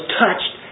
touched